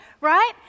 right